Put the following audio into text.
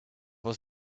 was